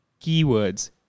keywords